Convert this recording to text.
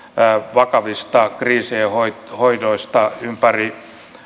vakavien kriisien hoidosta hoidosta ympäri